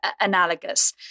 analogous